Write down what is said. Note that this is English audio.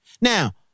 Now